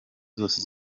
zose